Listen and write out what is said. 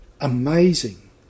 amazing